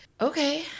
Okay